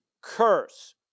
curse